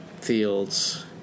fields